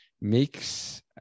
makes